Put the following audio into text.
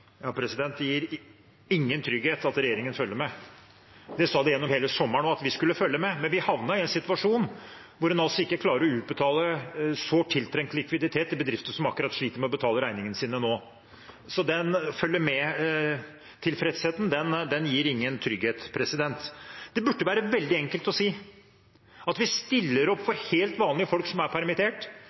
Det gir ingen trygghet at regjeringen følger med. De sa gjennom hele sommeren også at de skulle følge med, men vi havnet i en situasjon der en altså ikke klarer å utbetale sårt tiltrengt likviditet til bedrifter som sliter med å betale regningene sine akkurat nå. Så den følge-med-tilfredsheten gir ingen trygghet. Det burde være veldig enkelt å si at man stiller opp for helt vanlige folk som er permittert,